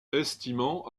estimant